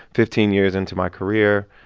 fifteen years into my career,